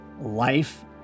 life